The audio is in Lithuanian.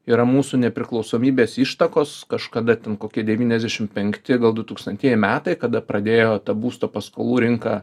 yra mūsų nepriklausomybės ištakos kažkada ten kokie devyniasdešimt penkti gal du tūkstantieji metai kada pradėjo ta būsto paskolų rinka